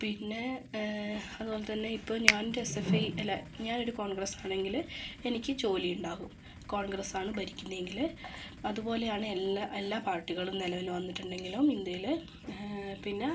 പിന്നേ അതുപോലെത്തന്നെ ഇപ്പോൾ ഞാനൊരു എസ്എഫ്ഐ അല്ല ഞാനൊരു കോൺഗ്രസ്സ് ആണെങ്കില് എനിക്ക് ജോലിയുണ്ടാകും കോൺഗ്രസ്സാണ് ഭരിക്കുന്നെയെങ്കില് അതുപോലെയാണ് എല്ലാ എല്ലാ പാർട്ടികളും നിലവിൽ വന്നിട്ടുണ്ടെങ്കിലും ഇന്ത്യയില് പിന്ന